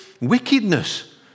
wickedness